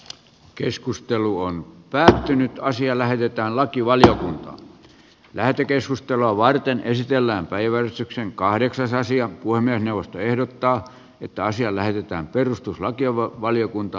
keskustelu on päätynyt asia lähetetään lakivaliokuntaan lähetekeskustelua varten esitellään päivällisykseen kahdeksasosia huoneen puhemiesneuvosto ehdottaa että asia lähetetään perustuslakivaliokuntaan